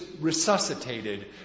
resuscitated